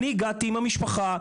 הגעתי עם המשפחה,